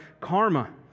karma